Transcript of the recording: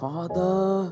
Father